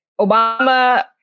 Obama